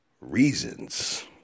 reasons